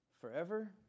forever